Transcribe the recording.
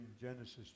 Genesis